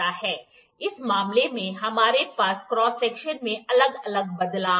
इस मामले में हमारे पास क्रॉस सेक्शन में अलग अलग बदलाव हैं